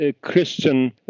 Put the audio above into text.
Christian